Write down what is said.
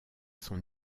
son